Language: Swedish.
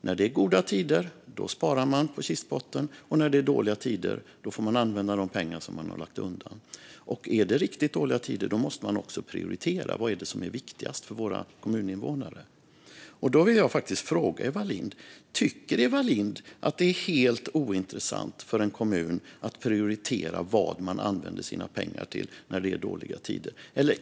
När det är goda tider sparar man på kistbotten, och när det är dåliga tider får man använda de pengar som man har lagt undan. Är det riktigt dåliga tider måste man också prioritera. Vad är det som är viktigast för våra kommuninvånare? Då vill jag fråga Eva Lindh om hon tycker att det är helt ointressant för en kommun att prioritera vad man använder sina pengar till när det är dåliga tider.